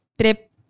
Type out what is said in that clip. trip